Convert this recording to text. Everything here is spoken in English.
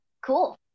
Cool